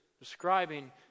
describing